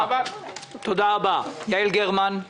יעל גרמן.